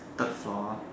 third floor